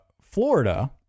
Florida